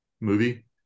movie